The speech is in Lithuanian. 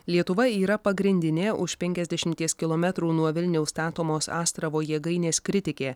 lietuva yra pagrindinė už penkiasdešimties kilometrų nuo vilniaus statomos astravo jėgainės kritikė